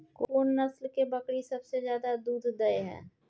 कोन नस्ल के बकरी सबसे ज्यादा दूध दय हय?